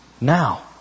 now